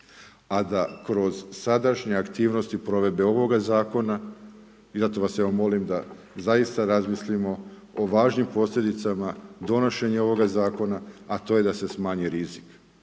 a da kroz sadašnje aktivnosti provedbe ovoga zakona i zato vas ja molim da zaista razmislimo o važnim posljedicama donošenja ovoga zakona, a to je da se smanji rizik.